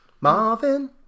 Marvin